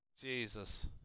Jesus